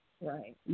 Right